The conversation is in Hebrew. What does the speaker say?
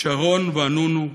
שרון ואנונו,